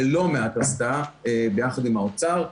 ולא מעט עשתה ביחד עם האוצר,